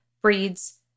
breeds